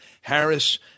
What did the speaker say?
Harris